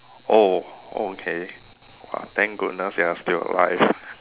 oh oh okay thank goodness you are still alive